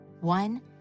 One